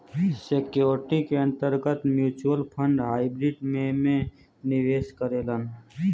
securities के अंतर्गत mutual fund hybrid में में निवेश करेलन